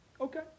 Okay